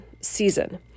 season